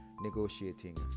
negotiating